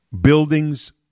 Buildings